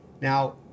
Now